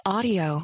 Audio